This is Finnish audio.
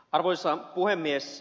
arvoisa puhemies